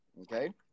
okay